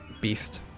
beast